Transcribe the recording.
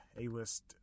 a-list